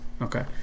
Okay